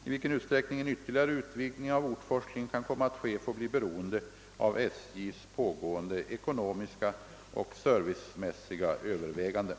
I vilken utsträckning en ytterligare utvidgning av ortforslingen kan komma att ske får bli beroende av SJ:s pågående ekonomiska och servicemässiga överväganden.